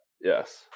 yes